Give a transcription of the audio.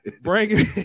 Bring